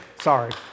Sorry